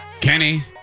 Kenny